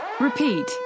repeat